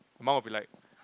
my mum would be like